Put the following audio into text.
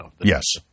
Yes